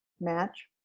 match